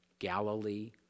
Galilee